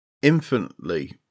infinitely